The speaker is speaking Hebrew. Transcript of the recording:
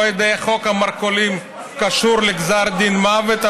לא יודע איך חוק המרכולים קשור לגזר דין מוות,